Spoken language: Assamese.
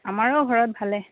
আমাৰো ঘৰত ভালে